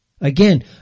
Again